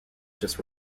just